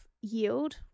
yield